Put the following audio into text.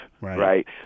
right